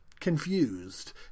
Confused